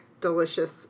delicious